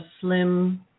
slim